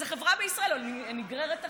אז החברה בישראל נגררת אחורה.